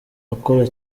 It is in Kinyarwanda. akora